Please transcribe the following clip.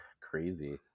crazy